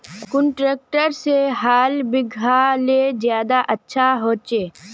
कुन ट्रैक्टर से हाल बिगहा ले ज्यादा अच्छा होचए?